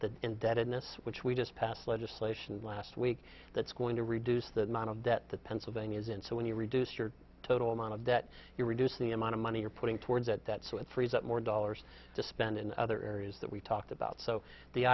indebtedness which we just passed legislation last week that's going to reduce the amount of debt that pennsylvania is in so when you reduce your total amount of debt you reduce the amount of money you're putting towards at that so it frees up more dollars to spend in other areas that we talked about so the